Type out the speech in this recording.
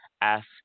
ask